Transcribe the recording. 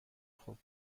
خوب